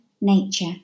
nature